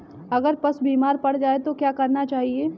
अगर पशु बीमार पड़ जाय तो क्या करना चाहिए?